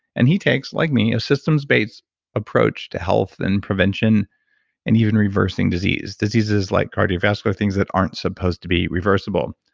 and he takes, like me, a systems-based approach to health and prevention and even reversing disease, diseases like cardiovascular, things that aren't supposed to be reversible.